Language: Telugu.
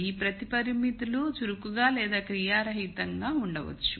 ఈ ప్రతి పరిమితులు చురుకుగా లేదా క్రియారహితంగా ఉండవచ్చు